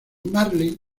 marley